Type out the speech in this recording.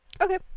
Okay